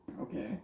Okay